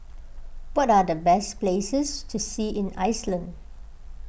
what are the best places to see in Iceland